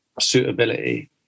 suitability